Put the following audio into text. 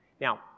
Now